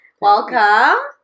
Welcome